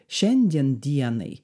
šiandien dienai